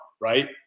right